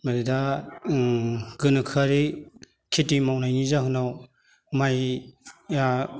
माने दा गोनोखोआरि खेथि मावनायनि जाहोनाव माइआ